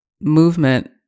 movement